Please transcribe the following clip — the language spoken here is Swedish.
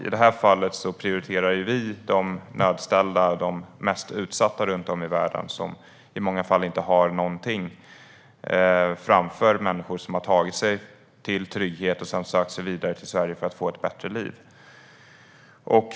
I det här fallet prioriterar vi de nödställda och de mest utsatta runt om i världen som i många fall inte har någonting framför människor som har tagit sig till trygghet och sedan sökt sig vidare till Sverige för att få ett bättre liv.